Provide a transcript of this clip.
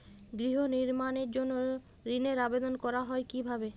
গৃহ নির্মাণের জন্য ঋণের আবেদন করা হয় কিভাবে?